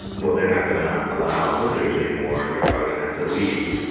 well, they're not gonna allow visitors anymore. you're probably gonna have to leave